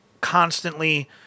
constantly